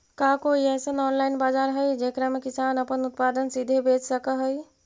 का कोई अइसन ऑनलाइन बाजार हई जेकरा में किसान अपन उत्पादन सीधे बेच सक हई?